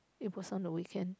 it was on the weekend